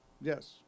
Yes